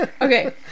Okay